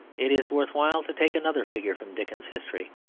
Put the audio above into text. it is worth while to take another figure from dickens's history,